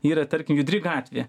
yra tarkim judri gatvė